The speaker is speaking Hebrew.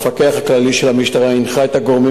המפקח הכללי של המשטרה הנחה את הגורמים